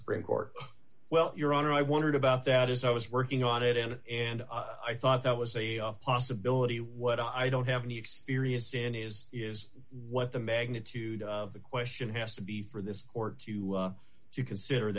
supreme court well your honor i wondered about that as i was working on it and and i thought that was a off possibility what i don't have any experience in is is what the magnitude of the question has to be for this court to do you consider